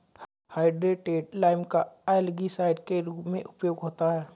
hydrated lime का भी algicide के रूप में उपयोग होता है